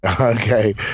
Okay